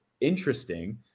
interesting